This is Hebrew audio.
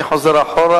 אני חוזר אחורה.